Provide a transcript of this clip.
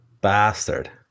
bastard